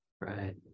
Right